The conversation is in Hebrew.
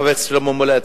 חבר הכנסת שלמה מולה,